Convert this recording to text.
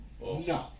No